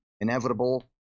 inevitable